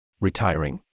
retiring